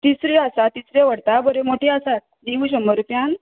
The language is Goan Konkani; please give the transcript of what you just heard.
तिसऱ्यो आसा तिसऱ्यो व्हरता बऱ्यो मोट्यो आसात दिंव शंबर रुपयांक